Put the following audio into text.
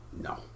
no